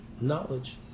Knowledge